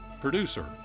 producer